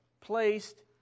placed